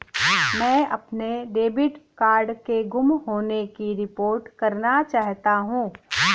मैं अपने debit card के गुम होने की रिपोर्ट करना चाहता हूँ